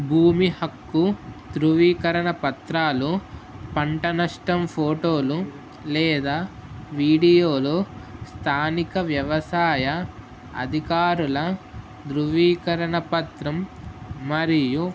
భూమి హక్కు ధ్రృవీకరణ పత్రాలు పంట నష్టం ఫోటోలు లేదా వీడియోలో స్థానిక వ్యవసాయ అధికారుల ధ్రృవీకరణ పత్రం మరియు